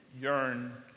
yearn